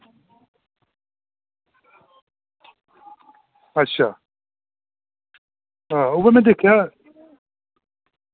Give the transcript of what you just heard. अच्छा हां उ'ऐ में दिक्खेआ